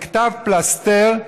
זה כתב פלסתר,